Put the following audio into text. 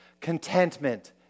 Contentment